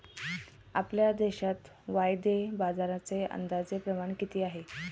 आपल्या देशात वायदे बाजाराचे अंदाजे प्रमाण किती आहे?